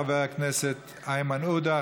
חבר הכנסת איימן עודה,